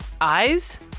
eyes